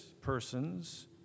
persons